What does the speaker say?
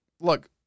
look